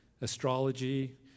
astrology